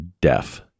death